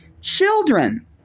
children